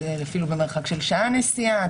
אפילו במרחק של שעה נסיעה,